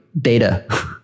data